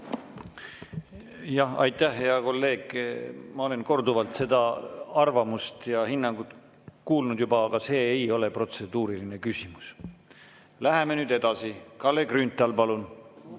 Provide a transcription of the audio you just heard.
Aitäh, hea kolleeg! Ma olen korduvalt seda arvamust ja hinnangut kuulnud juba. See ei ole protseduuriline küsimus. Läheme nüüd edasi. Kalle Grünthal, palun!